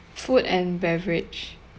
food and beverage